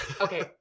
Okay